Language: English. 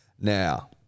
Now